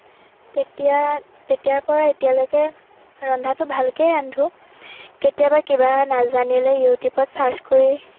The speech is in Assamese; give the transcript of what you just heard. তেতিয়া তেতিয়াৰ পৰা এতিয়ালৈকে ৰন্ধাটো ভালকেই ৰান্ধোঁ কেতিয়াবা কিবা নাজানিলে ইউটিউবত চাৰ্ছ কৰি